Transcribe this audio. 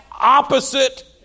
opposite